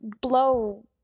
blow